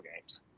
games